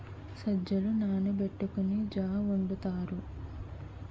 సజ్జలు నానబెట్టుకొని జా వొండుతారు